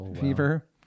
fever